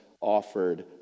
offered